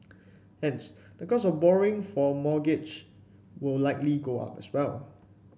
hence the cost of borrowing for a mortgage will likely go up as well